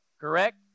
Correct